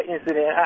incident